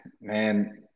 Man